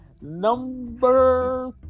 Number